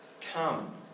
Come